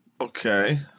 Okay